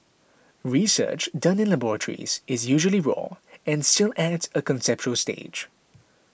research done in laboratories is usually raw and still at a conceptual stage